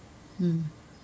mm